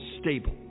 stable